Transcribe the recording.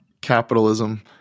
Capitalism